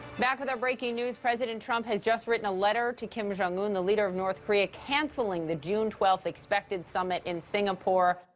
back with our breaking news president trump has just written a letter to kim jong-un, the leader of north korea, canceling the june twelfth expected summit in singapore.